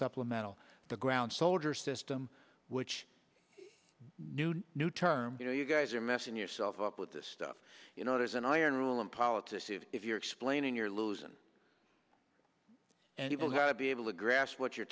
supplemental the ground soldier system which is new to new terms you know you guys are messing yourself up with this stuff you know there's an iron rule in politics if you're explaining you're losing and people had to be able to grasp what you're